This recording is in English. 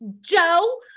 Joe